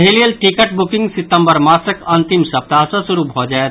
एहि लेल ticket booking सितम्बर मासक अंतिम सप्ताह सँ शुरू भऽ जायत